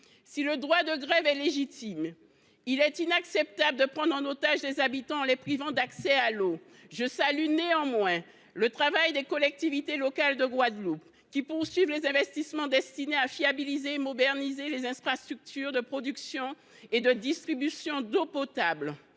du droit de grève est légitime, il est inacceptable de prendre en otage les habitants en les privant d’accès à l’eau. Je salue le travail des collectivités territoriales de Guadeloupe, qui poursuivent les investissements destinés à fiabiliser et moderniser les infrastructures de production et de distribution d’eau potable.